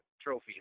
trophy